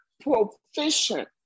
proficient